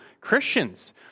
Christians